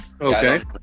Okay